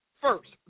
first